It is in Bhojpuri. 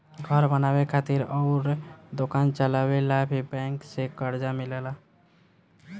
घर बनावे खातिर अउर दोकान चलावे ला भी बैंक से कर्जा मिलेला